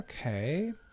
okay